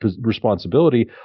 responsibility